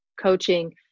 coaching